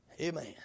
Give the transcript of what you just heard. Amen